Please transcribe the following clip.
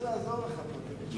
טוב שיש חברים ממפלגות אחרות, למה?